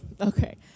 Okay